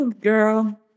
girl